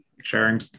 sharing